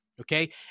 Okay